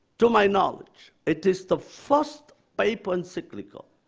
to my knowledge, it is the first papal encyclical